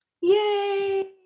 Yay